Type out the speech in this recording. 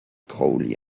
crowley